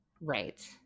Right